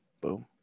Boom